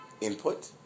input